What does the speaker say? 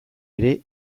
ere